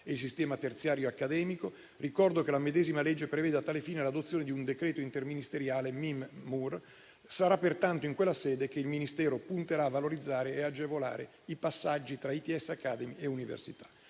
e il sistema terziario accademico, ricordo che la medesima legge prevede, a tale fine, l'adozione di un decreto interministeriale Mim-Mur. Sarà pertanto in quella sede che il Ministero punterà a valorizzare ed agevolare i passaggi tra ITS academy e università.